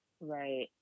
Right